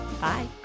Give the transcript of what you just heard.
Bye